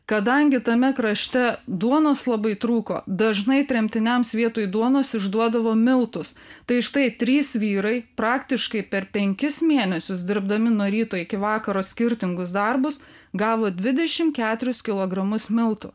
kadangi tame krašte duonos labai trūko dažnai tremtiniams vietoj duonos išduodavo miltus tai štai trys vyrai praktiškai per penkis mėnesius dirbdami nuo ryto iki vakaro skirtingus darbus gavo dvidešim keturis kilogramus miltų